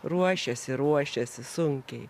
ruošiasi ruošiasi sunkiai